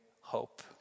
hope